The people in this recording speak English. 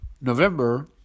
November